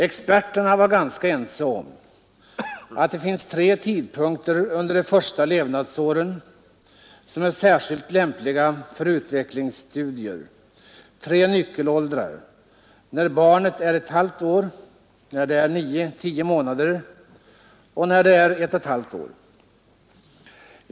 Experterna var ganska ense om att det finns tre tidpunkter under de första levnadsåren som är särskilt lämpliga för utvecklingsstudier, tre nyckelåldrar — när barnet är ett halvt år, när det är 9 — 10 månader och när det är 18 månader.